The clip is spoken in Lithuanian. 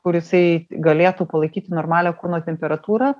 kur jisai galėtų palaikyti normalią kūno temperatūrą